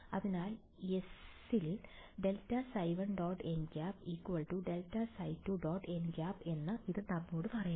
അതിനാൽ എസ്സിൽ ∇ϕ1 · nˆ ∇ϕ2 · nˆ എന്ന് ഇത് നമ്മോട് പറയുന്നു